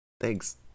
Thanks